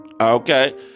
Okay